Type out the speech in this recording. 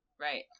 Right